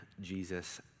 Jesus